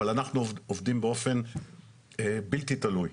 אבל אנחנו עובדים באופן בלתי תלוי.